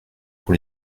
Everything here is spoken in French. pour